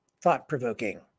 thought-provoking